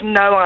no